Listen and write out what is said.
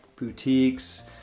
boutiques